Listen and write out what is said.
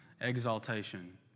exaltation